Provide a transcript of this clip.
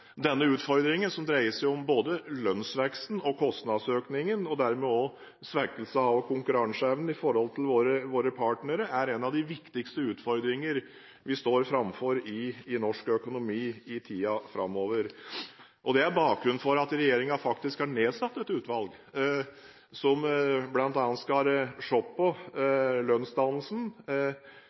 Utfordringen som dreier seg om både lønnsveksten og kostnadsøkningen – og dermed om svekkelse av konkurranseevnen i forhold til våre partnere – er en av de viktigste utfordringene i norsk økonomi i tiden framover. Det er bakgrunnen for at regjeringen har nedsatt et utvalg som bl.a. skal se på lønnsdannelsen